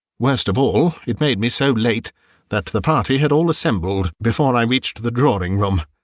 worst of all, it made me so late that the party had all assembled before i reached the drawing-room.